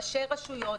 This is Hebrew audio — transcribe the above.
ראשי רשויות,